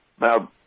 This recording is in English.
Now